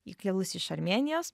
ji kilus iš armėnijos